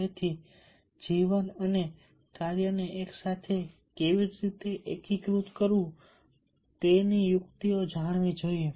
તેથી જીવન અને કાર્યને એક સાથે કેવી રીતે એકીકૃત કરવું તે યુક્તિ જાણવી જોઈએ